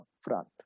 front